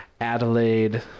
Adelaide